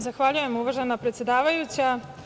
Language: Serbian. Zahvaljujem uvažena predsedavajuća.